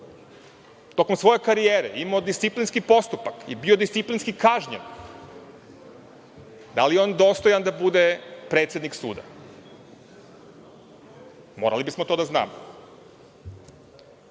tokom svoje karijere, imao disciplinski postupak i bio disciplinski kažnjen, da li je on dostojan da bude predsednik suda? Morali bismo to da znamo. Visoki